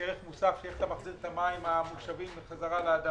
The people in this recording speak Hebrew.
יש ערך מוסף איך אתה מחזיר את המים המושבים בחזרה לאדמה,